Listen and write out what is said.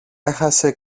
έχασε